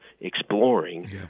exploring